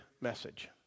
message